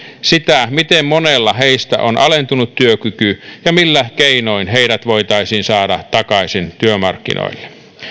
sitä miten monella heistä on alentunut työkyky ja millä keinoin heidät voitaisiin saada takaisin työmarkkinoille